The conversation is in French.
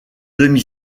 demi